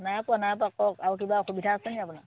নাই পোৱা নাই পোৱা কওক আৰু কিবা অসুবিধা আছে নেকি আপোনাৰ